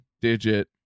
digit